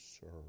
serve